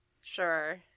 Sure